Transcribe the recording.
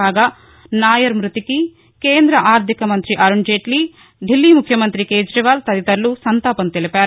కాగా నాయర్ మృతికి కేంద్ర ఆర్థిక మంతి అరుణ్ జైట్లీ ధిల్లీ ముఖ్యమంతి కోజీవాల్ తదితరులు సంతాపం తెలిపారు